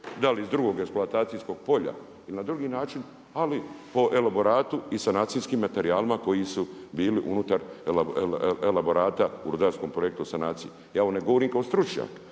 Da li iz drugog eksploatacijskog polja ili na drugi način, ali po elaboratu i sanacijskim materijalima koji su bili unutar elaborata u rudarskom projektu o sanaciji. Ja ovo ne govorim kao stručnjak